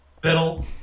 Biddle